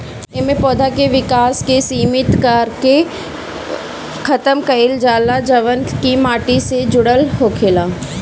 एमे पौधा के विकास के सिमित कारक के खतम कईल जाला जवन की माटी से जुड़ल होखेला